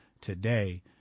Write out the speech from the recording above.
today